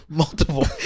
multiple